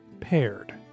Paired